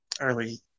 early